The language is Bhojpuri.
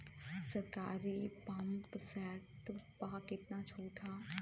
सरकारी पंप सेट प कितना छूट हैं?